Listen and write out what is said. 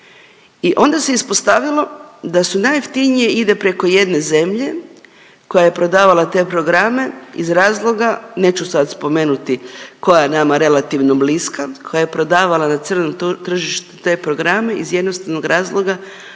i onda se ispostavilo da su najjeftinije ide preko jedne zemlje koja je prodavala te programe iz razloga, neću sad spomenuti, koja je nama relativno bliska, koja je prodavala na crnom tržištu te programe iz jednostavnog razloga